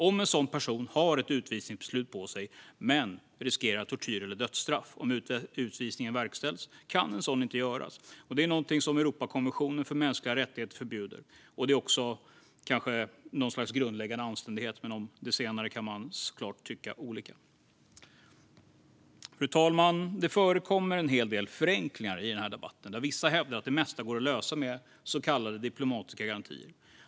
Om en sådan person har fått ett utvisningsbeslut men riskerar tortyr eller dödsstraff om utvisningen verkställs kan en sådan inte göras. Det är något som Europakonventionen för mänskliga rättigheter förbjuder, och det är också kanske något slags grundläggande anständighet. Om det senare kan man såklart tycka olika. Fru talman! Det förekommer en hel del förenklingar i den här debatten. Vissa hävdar att det mesta går att lösa med så kallade diplomatiska garantier.